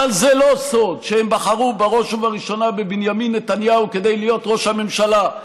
אבל זה לא סוד שהם בחרו בראש ובראשונה בבנימין נתניהו להיות ראש הממשלה.